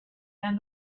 and